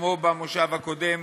כמו במושב הקודם,